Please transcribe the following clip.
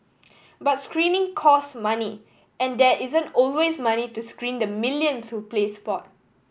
but screening cost money and there isn't always money to screen the millions who play sport